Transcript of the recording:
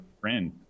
friend